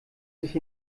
sich